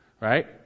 Right